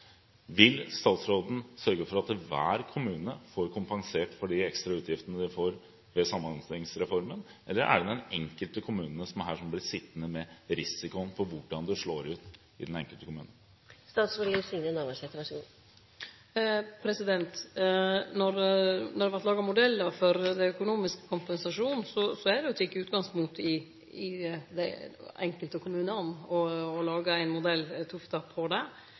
Vil statsråden sørge for at hver kommune får kompensert for de ekstra utgiftene de får ved Samhandlingsreformen, eller er det den enkelte kommune som her blir sittende med risikoen for hvordan det slår ut? Då det vart laga modellar for økonomisk kompensasjon, vart det teke utgangspunkt i dei enkelte kommunane og laga modellar tufta på dei. Det er òg viktig å understreke at modellen for Samhandlingsreforma, dei distriktsmedisinske sentra og det desentraliseringsopplegget som ligg til grunn her, er det